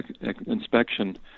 inspection